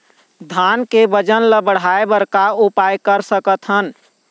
धान के वजन ला बढ़ाएं बर का उपाय कर सकथन?